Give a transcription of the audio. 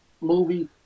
movie